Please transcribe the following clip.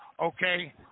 Okay